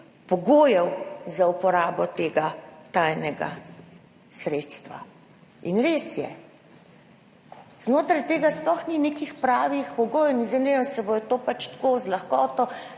pogojev za uporabo tega tajnega sredstva. In res je, znotraj tega sploh ni nekih pravih pogojev in zdaj, ne vem, se bo to pač [delalo] tako z lahkoto.